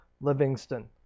Livingston